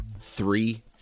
Three